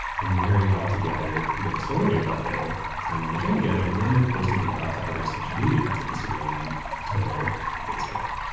and narrate all together you know a story about their time on the train together, and then they're posting it and out to other social media, to instagram, to twitter, to facebook.